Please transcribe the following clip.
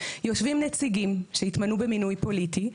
יושבים נציגים שהתמנו במינוי פוליטי.